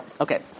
okay